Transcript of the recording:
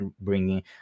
bringing